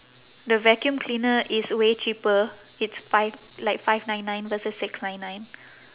the vacuum cleaner is way cheaper it's five like five nine nine versus six nine nine